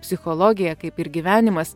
psichologija kaip ir gyvenimas